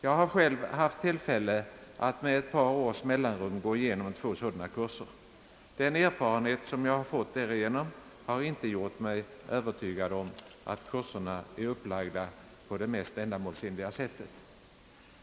Jag har själv haft tillfälle att med ett par års mellanrum gå igenom två sådana kurser. Den erfarenhet som jag fått därigenom har inte gjort mig övertygad om att kurserna är upplagda på det mest ändamålsenliga sättet.